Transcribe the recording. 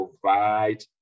provide